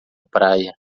praia